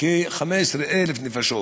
כ-15,000 נפשות.